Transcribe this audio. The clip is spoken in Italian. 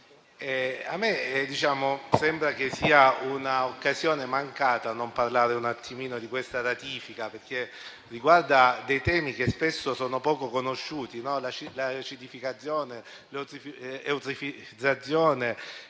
A me sembra che sarebbe un'occasione mancata non parlare di questa ratifica, perché riguarda temi che spesso sono poco conosciuti, come l'acidificazione, l'eutrofizzazione